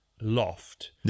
loft